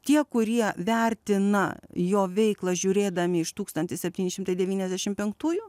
tie kurie vertina jo veiklą žiūrėdami iš tūkstantis septyni šimtai devyniasdešimt penktųjų